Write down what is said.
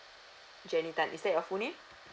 jenny tan is that your full name